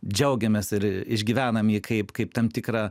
džiaugiamės ir išgyvenam jį kaip kaip tam tikrą